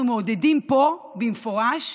אנחנו מעודדים פה במפורש,